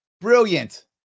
Brilliant